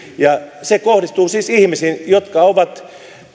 ja ne kohdistuvat siis ihmisiin jotka ovat